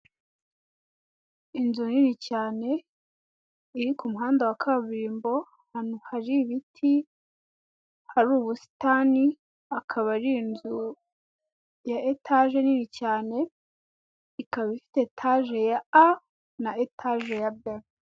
Inzu nini cyane iri ku muhanda wa kaburimbo ahantu hari ibiti, hari ubusitani. Akaba ari inzu ya etage nini cyane, ikaba ifite etage ya A na etaje ya B.